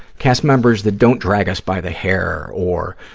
cast members that don't drag us by the hair or,